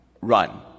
run